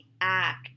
act